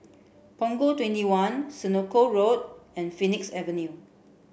Punggol twenty one Senoko Road and Phoenix Avenue